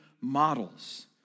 models